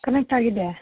connect ಆಗಿದೆ